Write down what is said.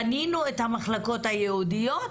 בנינו את המחלקות הייעודיות,